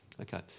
Okay